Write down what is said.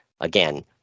again